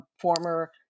former